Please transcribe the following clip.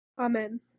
Amen